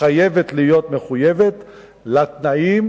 חייבת להיות מחויבת לתנאים